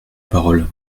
parole